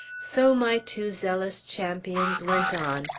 so my two zealous champions went on,